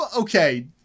Okay